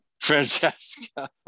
Francesca